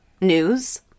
news